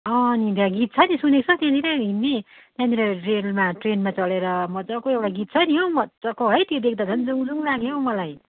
अँ नि त्यहाँ गीत छ नि सुनेको छौ तिमीले हिन्दी त्यहाँनिर रेलमा ट्रेनमा चढेर मजाको एउटा गीत छ नि हौ मजाको है त्यो देख्दा झन् जाउँ जाउँ लाग्यो हौ मलाई